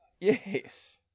yes